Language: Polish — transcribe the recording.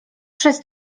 przez